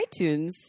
iTunes